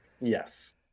yes